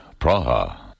Praha